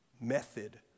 method